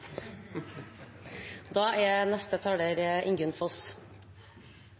Da har representanten Ingunn Foss